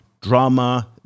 drama